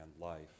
life